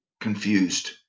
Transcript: confused